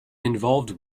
involved